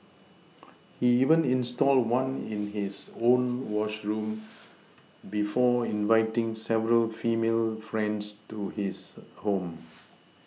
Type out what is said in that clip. he even installed one in his own washroom before inviting several female friends to his home